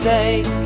Take